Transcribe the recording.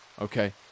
okay